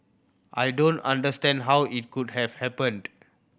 I don't understand how it could have happened